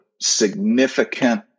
significant